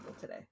today